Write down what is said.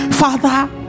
Father